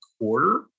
quarter